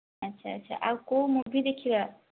ଆଚ୍ଛା ଆଚ୍ଛା ଆଉ କେଉଁ ମୁଭି ଦେଖିବା